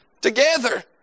together